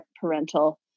parental